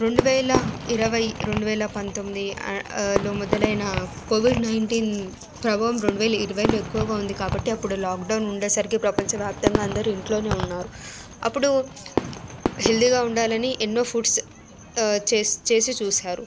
రెండువేల ఇరవై రెండు వేల పంతొమ్మిది లో మొదలైన కోవిడ్ నైన్టీన్ ప్రభావం రెండు వేల ఇరవైలో ఎక్కువగా ఉంది కాబట్టి అప్పుడు లాక్డౌన్ ఉండేసరికి ప్రపంచ వ్యాప్తంగా అందరూ ఇంట్లోనే ఉన్నారు అప్పుడు హెల్దీగా ఉండాలని ఎన్నో ఫుడ్స్ చేసి చేసి చూసారు